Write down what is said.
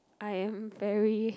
I am very